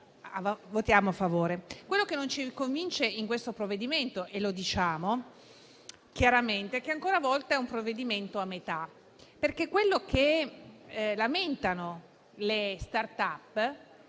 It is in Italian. votiamo a favore.